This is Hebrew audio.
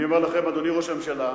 אני אומר לך, אדוני ראש הממשלה,